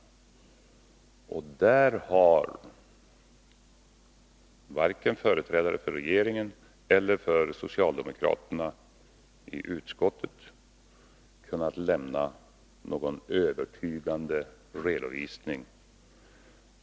På den punkten har varken företrädare för regeringen eller för socialdemokraterna i utskottet kunnat lämna någon övertygande redovisning.